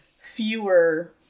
fewer